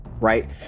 right